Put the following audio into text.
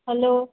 hello